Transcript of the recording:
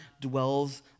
dwells